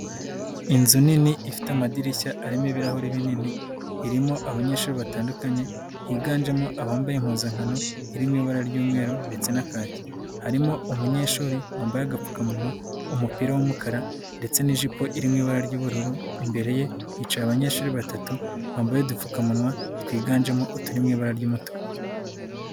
Inzu nini ifite amadirishya arimo ibirahuri binini, irimo abanyeshuri batandukanye higanjemo abambaye impuzankano iri mu ibara ry'umweru ndetse na kaki, harimo umunyeshuri wambaye agapfukamunwa, umupira w'umukara ndetse n'ijipo iririmo ibara ry'ubururu, imbere ye hicaye abanyeshuri batatu bambaye udupfukamunwa twiganjemo uturi mu ibara ry'umutuku.